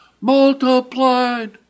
Multiplied